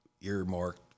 earmarked